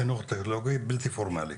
וחינוך טכנולוגי בלתי פורמלי?